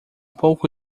pouco